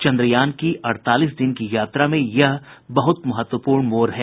चन्द्रयान की अड़तालीस दिन की यात्रा में यह बहुत महत्वपूर्ण मोड़ है